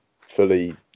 fully